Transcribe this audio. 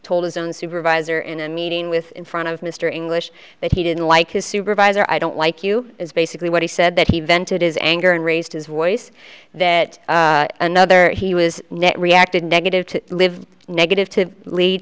told his own supervisor in a meeting with in front of mr english that he didn't like his supervisor i don't like you is basically what he said that he vented his anger and raised his voice that another he was net reacted negative to live negative to l